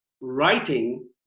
writing